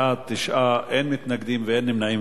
בעד, 9, אין מתנגדים ואין נמנעים.